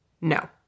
no